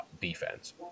defense